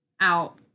out